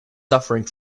suffering